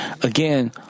again